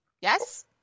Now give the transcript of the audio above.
Yes